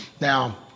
Now